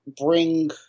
bring